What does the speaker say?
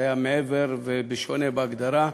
זה היה מעבר ובשונה בהגדרה,